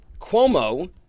cuomo